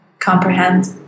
comprehend